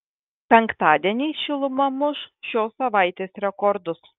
penktadienį šiluma muš šios savaitės rekordus